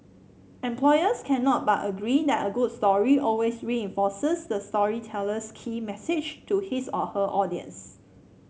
employers cannot but agree that a good story always reinforces the storyteller's key message to his or her audience